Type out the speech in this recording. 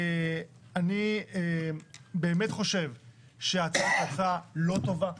אני באמת חושב שזאת הצעה לא טובה.